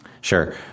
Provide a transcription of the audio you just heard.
Sure